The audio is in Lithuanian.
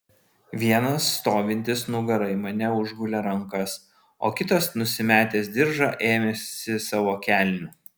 vienas stovintis nugara į mane užgulė rankas o kitas nusimetęs diržą ėmėsi savo kelnių